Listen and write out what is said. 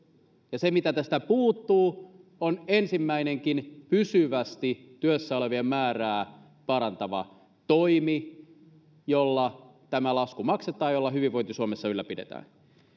ja se mitä tästä puuttuu on ensimmäinenkin pysyvästi työssä olevien määrää parantava toimi jolla tämä lasku maksetaan ja jolla hyvinvointi suomessa ylläpidetään